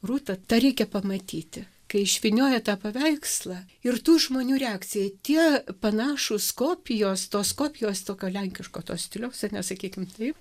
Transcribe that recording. rūta tą reikia pamatyti kai išvyniojo tą paveikslą ir tų žmonių reakcija tie panašūs kopijos tos kopijos tokio lenkiško to stiliaus ar ne sakykim taip